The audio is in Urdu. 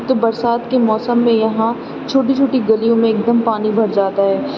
تو برسات کے موسم میں یہاں چھوٹی چھوٹی گلیوں میں ایک دم پانی بھر جاتا ہے